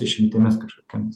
išimtimis kažkokiomis